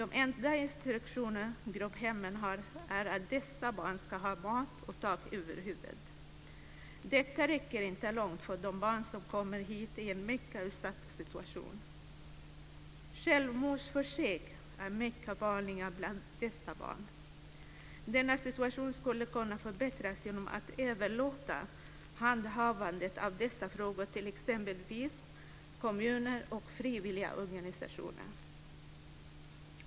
De enda instruktioner grupphemmen har är att dessa barn ska ha mat och tak över huvudet. Det räcker inte långt för de barn som kommer hit i en mycket utsatt situation. Självmordsförsök är mycket vanliga bland dessa barn. Denna situation skulle kunna förbättras genom att man överlät handhavandet av dessa frågor till exempelvis kommuner och frivilligorganisationer.